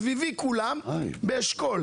סביבי כולם באשכול,